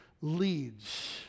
leads